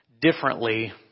differently